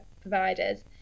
providers